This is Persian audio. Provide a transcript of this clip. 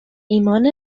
ایمان